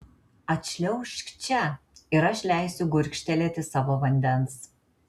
atšliaužk čia ir aš leisiu gurkštelėti savo vandens